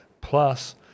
plus